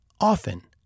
often